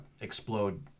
explode